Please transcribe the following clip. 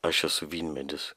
aš esu vynmedis